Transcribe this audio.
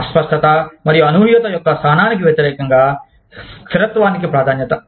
అస్పష్టత మరియు అనూహ్యత యొక్క సహనానికి వ్యతిరేకంగా స్థిరత్వానికి ప్రాధాన్యత